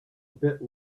bit